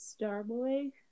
Starboy